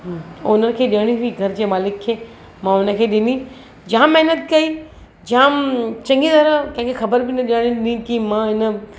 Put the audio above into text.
owner खे ॾियणी हुई घर जे मालिक खे मां हुन खे ॾिनी जामु महिनत कई जामु चङी तरह कंहिंखे ख़बरु बि न ॾियणु ॾिनी की मां हिन